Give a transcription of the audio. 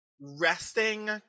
resting